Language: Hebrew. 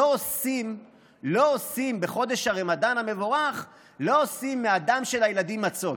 לא עושים בחודש הרמדאן המבורך מהדם של הילדים מצות.